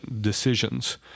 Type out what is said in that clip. decisions